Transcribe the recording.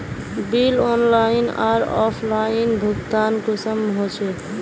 Bill online आर offline भुगतान कुंसम होचे?